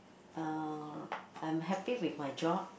uh I'm happy with my job